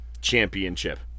championship